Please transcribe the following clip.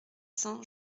cents